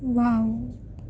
wow